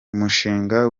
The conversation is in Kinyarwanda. umushinga